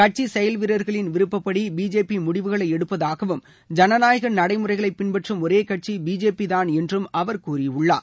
கட்சி செயல் வீரர்களின் விருப்பப்படி பிஜேபி முடிவுகளை எடுப்பதாகவும் ஜனநாயக நடைமுறைகளை பின்பற்றும் ஒரே கட்சி பிஜேபி தான் என்றும் அவர் கூறியுள்ளார்